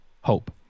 hope